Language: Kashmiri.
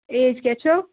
ایج کیٛاہ چھَو